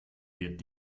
wird